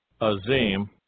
Azim